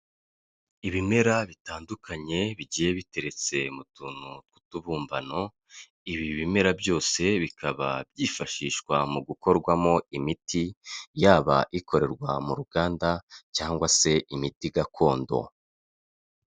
Ibimera bitandukanye bigiye biteretse mu tuntu tw'utubumbano, ibi bimera byose bikaba byifashishwa mu gukorwamo imiti, yaba ikorerwa mu ruganda cyangwa se imiti gakondo.